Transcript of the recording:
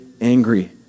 angry